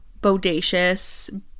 bodacious